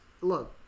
look